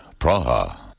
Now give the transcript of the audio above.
Praha